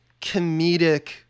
comedic